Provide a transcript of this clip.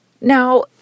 Now